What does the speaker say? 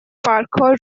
parkour